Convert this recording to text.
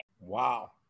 Wow